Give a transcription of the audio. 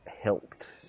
helped